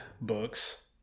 books